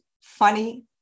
funny